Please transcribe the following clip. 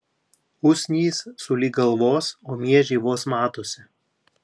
usnys sulig galvos o miežiai vos matosi